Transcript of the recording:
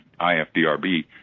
IFDRB